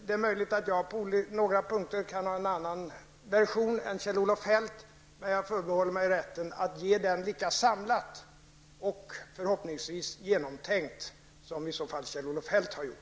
Det är möjligt att jag på några punkter har en annan version än Kjell-Olof Feldt. Jag förbehåller mig rätten att ge den lika samlat och genomtänkt som Kjell-Olof Feldt förhoppningsvis har gjort.